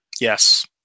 Yes